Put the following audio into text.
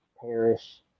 parish